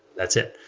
that's it.